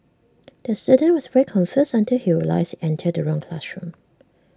the student was very confused until he realised entered the wrong classroom